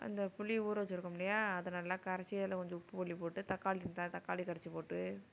அந்த புளி ஊற வெச்சிருக்கோம் இல்லையா அது நல்லா கரைச்சி அதில் கொஞ்சம் உப்பு புளி போட்டு தக்காளி இருந்தால் தக்காளி கரைச்சி போட்டு